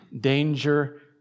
danger